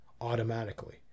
automatically